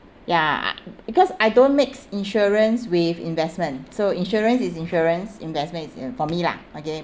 ya uh because I don't mix insurance with investment so insurance is insurance investment is in~ for me lah okay